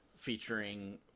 featuring